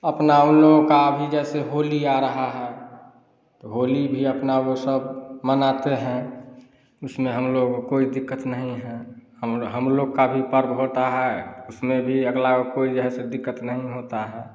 अपना उन लोगों का जैसे अभी होली आ रही है तो होली भी अपना वह सब मनाते हैं उसमें हम लोगों को कोई दिक्कत नहीं है हम लोग का भी पर्व होता है उसमें अगला को कोई जे है से दिक्कत नहीं होती है